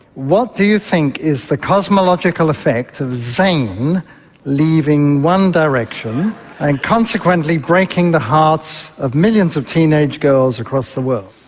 what do you think is the cosmological effect of zayn leaving one direction and consequently breaking the hearts of millions of teenage girls across the world?